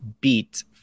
beat